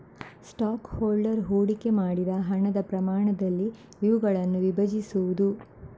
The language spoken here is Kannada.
ಸ್ಟಾಕ್ ಹೋಲ್ಡರ್ ಹೂಡಿಕೆ ಮಾಡಿದ ಹಣದ ಪ್ರಮಾಣದಲ್ಲಿ ಇವುಗಳನ್ನು ವಿಭಜಿಸುವುದು